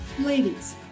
Ladies